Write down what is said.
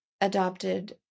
adopted